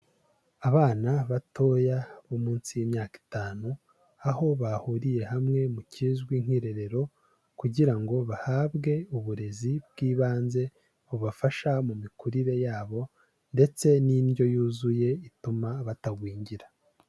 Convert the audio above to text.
Abana batoya bo munsi y'imyaka itanu aho bahuriye hamwe mu kizwi nk'irerero kugira ngo bahabwe uburezi bw'ibanze bubafasha mu mikurire yabo, ndetse n'indyo yuzuye ituma batagwingira.